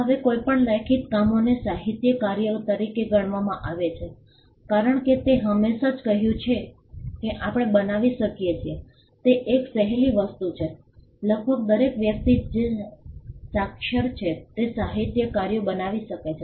હવે કોઈપણ લેખિત કામોને સાહિત્યિક કાર્ય તરીકે ગણવામાં આવે છે કારણ કે મેં હમણાં જ કહ્યું છે કે આપણે બનાવી શકીએ છીએ તે એક સહેલી વસ્તુ છે લગભગ દરેક વ્યક્તિ જે સાક્ષર છે તે સાહિત્યિક કાર્યો બનાવી શકે છે